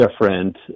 different